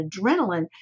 adrenaline